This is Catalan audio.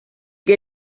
què